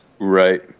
Right